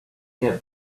get